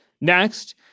Next